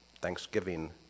Thanksgiving